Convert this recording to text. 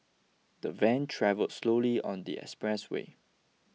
the van travel slowly on the expressway